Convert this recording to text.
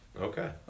Okay